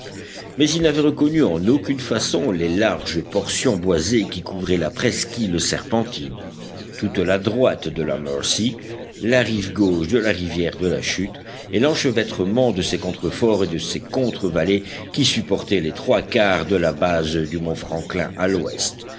mais ils n'avaient reconnu en aucune façon les larges portions boisées qui couvraient la presqu'île serpentine toute la droite de la mercy la rive gauche de la rivière de la chute et l'enchevêtrement de ces contreforts et de ces contre vallées qui supportaient les trois quarts de la base du mont franklin à l'ouest